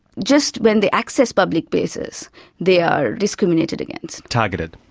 just when they access public places they are discriminated against. targeted.